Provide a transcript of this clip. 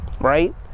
right